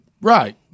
Right